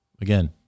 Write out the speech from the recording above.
again